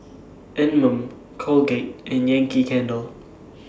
Anmum Colgate and Yankee Candle